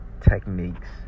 techniques